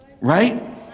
Right